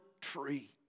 tree